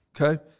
Okay